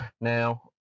Now